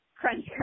Crunch